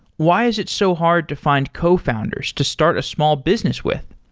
why is it so hard to find cofounders to start a small business with?